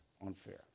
unfair